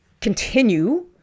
continue